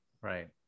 right